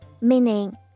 meaning